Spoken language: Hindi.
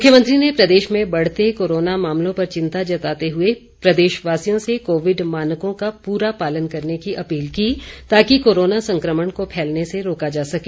मुख्यमंत्री ने प्रदेश में बढ़ते कोरोना मामलों पर चिंता जताते हुए प्रदेशवासियों से कोविड मानकों का पूरा पालन करने की अपील की ताकि कोरोना संक्रमण को फैलने से रोका जा सके